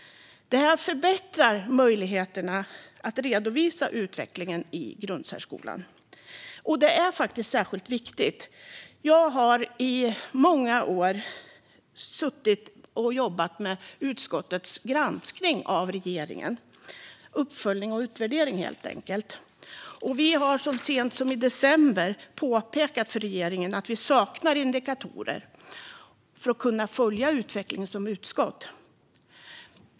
Det förbättrar möjligheten att redovisa utvecklingen i grundsärskolan, vilket är särskilt viktigt. Jag har i många år suttit och jobbat med utskottets granskning av regeringen - uppföljning och utvärdering, helt enkelt - och vi påpekade så sent som i december för regeringen att utskottet saknar indikatorer för att kunna följa utvecklingen.